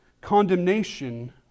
condemnation